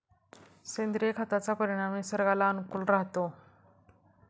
सेंद्रिय खताचा परिणाम निसर्गाला अनुकूल राहतो